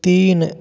तीन